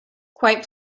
quite